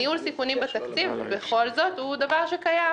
ניהול סיכונים בתקציב, בכל זאת הוא דבר שקיים.